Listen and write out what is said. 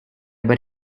but